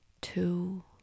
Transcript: two